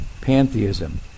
pantheism